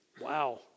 Wow